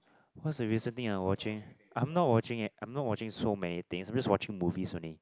what's the recent thing I'm watching I'm not watching eh I'm not watching so many things I'm just watching movies only